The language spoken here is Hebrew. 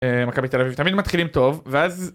אה... מכבי תל אביב תמיד מתחילים טוב, ואז...